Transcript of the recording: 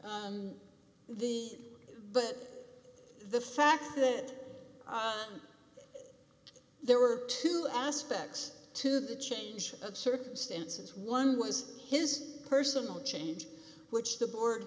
about the but the fact that there were two aspects to the change of circumstances one was his personal change which the board